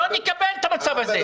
לא נקבל את המצב הזה.